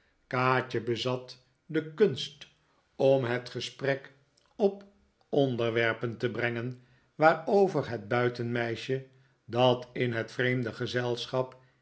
kaatje bezat de kunst om het gesprek op onderwerpen te brengen waarover het buitenmeisje dat in het vreemde gezelschap